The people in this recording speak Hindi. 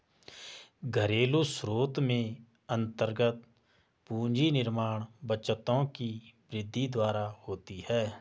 घरेलू स्रोत में अन्तर्गत पूंजी निर्माण बचतों की वृद्धि द्वारा होती है